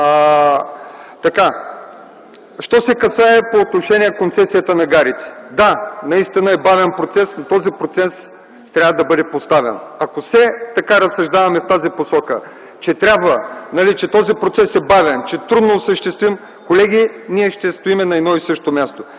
Що се касае до концесията на гарите. Да, наистина е бавен процес, но този процес трябва да бъде поставен. Ако все така разсъждаваме – в посока, че този процес е бавен, че е трудно осъществим, колеги, ще стоим на едно и също място.